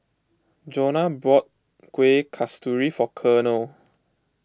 Jonna bought Kuih Kasturi for Colonel